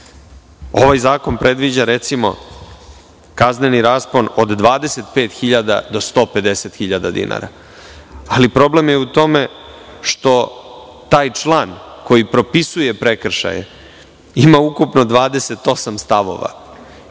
Ovaj zakon predviđa, recimo, kazneni raspon od 25.000 do 150.000 dinara. Problem je u tome što taj član koji propisuje prekršaje ima ukupno 28 stavova